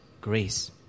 grace